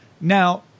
Now